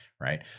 right